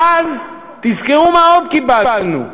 ואז, תזכרו מה עוד קיבלנו,